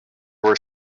were